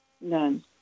None